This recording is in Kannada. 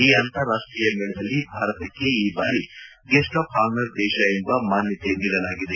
ಈ ಅಂತಾರಾಷ್ಟೀಯ ಮೇಳದಲ್ಲಿ ಭಾರತಕ್ಕೆ ಈ ಬಾರಿ ಗೆಟ್ಟೆ ಆಫ್ ಹಾನರ್ ದೇಶ ಎಂಬ ಮಾನ್ಗತೆ ನೀಡಲಾಗಿದೆ